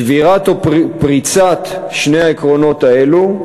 שבירת או פריצת שני העקרונות האלה,